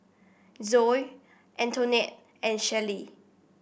Zoa Antoinette and Shelley